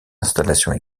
installations